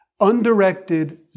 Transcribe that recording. undirected